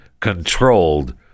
controlled